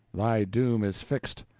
thy doom is fixed,